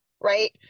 right